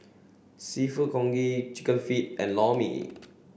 seafood congee chicken feet and Lor Mee